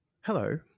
Hello